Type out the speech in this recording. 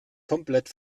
komplett